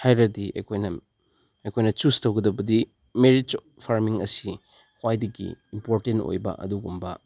ꯍꯥꯏꯔꯗꯤ ꯑꯩꯈꯣꯏꯅ ꯑꯩꯈꯣꯏꯅ ꯆꯨꯁ ꯇꯧꯒꯗꯕꯗꯤ ꯃꯦꯔꯤꯠꯁ ꯐꯥꯔꯃꯤꯡ ꯑꯁꯤ ꯈ꯭ꯋꯥꯏꯗꯒꯤ ꯏꯝꯄꯣꯔꯇꯦꯟ ꯑꯣꯏꯕ ꯑꯗꯨꯒꯨꯝꯕ